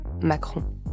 Macron